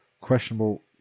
questionable